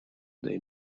they